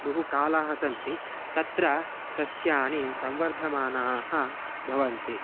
बहु कालः सन्ति तत्र सस्यानि संवर्धमानाः भवन्ति